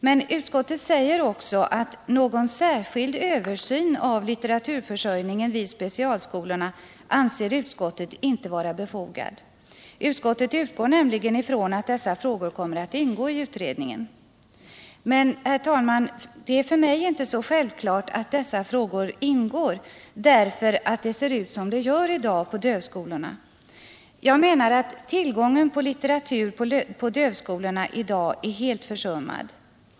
Men utskottet säger också att ”någon särskild översyn av litteraturförsörjningen vid specialskolorna anser utskottet inte vara befogad”. Utskottet utgår nämligen från att dessa frågor kommer att ingå i utredningen. Men, herr talman, det är för mig inte så självklart att dessa frågor ingår, när det ser ut som det gör i dag på dövskolorna. Jag menar att tillgången till litteratur på dessa skolor i dag är helt försummad.